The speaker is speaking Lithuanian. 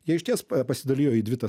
jie išties pasidalijo į dvi tas